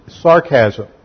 sarcasm